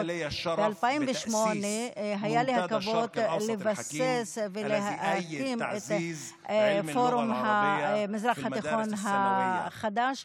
ב-2008 היה לי הכבוד לבסס ולהקים את פורום המזרח התיכון החדש,